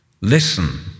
Listen